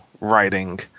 writing